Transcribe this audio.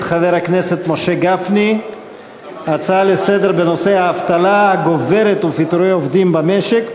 נעבור להצעה לסדר-היום בנושא: האבטלה הגוברת ופיטורי עובדים במשק,